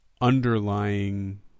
underlying